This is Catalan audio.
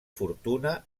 fortuna